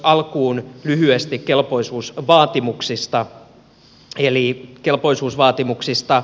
alkuun lyhyesti kelpoisuusvaatimuksista